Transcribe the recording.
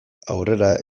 aurrera